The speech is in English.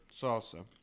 salsa